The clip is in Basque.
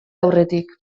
aurretik